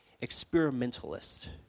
experimentalist